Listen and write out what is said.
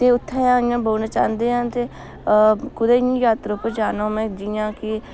ते उत्थैं इ'यां बौह्ना चांह्दे आं ते कुदै इ'यां जात्तरां पर जाना होऐ जियां कि